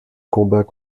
combat